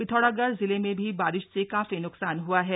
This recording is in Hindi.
पिथौरागढ़ जिले में भी बारिश से काफी नुकसान हुआ है